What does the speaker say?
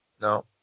No